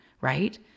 right